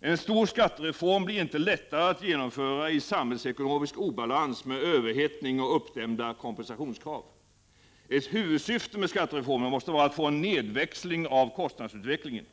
En stor skattereform blir inte lättare att genomföra i samhällsekonomisk obalans med överhettning och uppdämda kompensationskrav. Ett huvudsyfte med skattereformen måste vara att få en nedväxling av kostnadsutvecklingen.